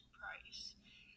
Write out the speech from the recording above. price